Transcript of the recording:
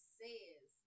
says